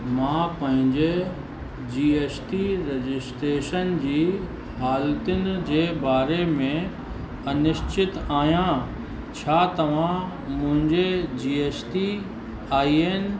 मां पंहिंजे G S T registration जी हालतुनि जे बारे में अनिश्चित आहियां छा तव्हां मुंहिंजे G S T I N